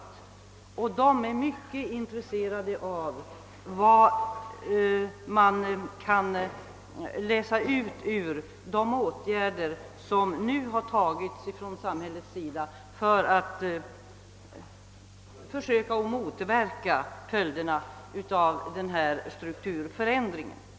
De människorna är mycket intresserade av vad de åtgärder kan innebära, som nu genomförs från samhällets sida för att försöka motverka följderna av den strukturförändring som skett.